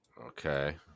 Okay